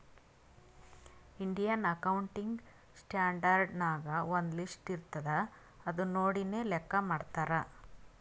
Indian accounting standard ನಾಗ್ ಒಂದ್ list ಇರ್ತುದ್ ಅದು ನೋಡಿನೇ ಲೆಕ್ಕಾ ಮಾಡ್ತಾರ್